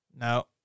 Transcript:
No